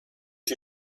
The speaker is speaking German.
die